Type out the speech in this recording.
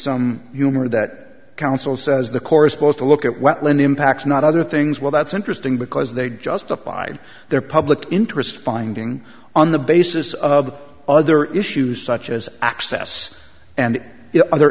some humor that counsel says the corresponds to look at what lynn impacts not other things well that's interesting because they justified their public interest finding on the basis of other issues such as access and other